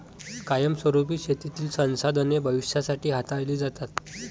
कायमस्वरुपी शेतीतील संसाधने भविष्यासाठी हाताळली जातात